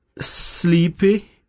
sleepy